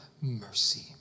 mercy